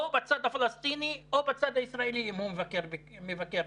או בצד הפלסטיני או בצד הישראלי אם הוא מבקר כאן,